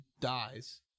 dies